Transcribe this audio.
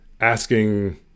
asking